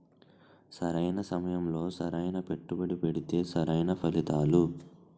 సరైన సమయంలో సరైన పెట్టుబడి పెడితే సరైన ఫలితాలు